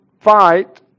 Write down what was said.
fight